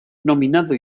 nominado